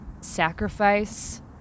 sacrifice